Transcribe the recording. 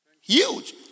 Huge